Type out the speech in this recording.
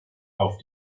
auf